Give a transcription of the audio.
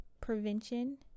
prevention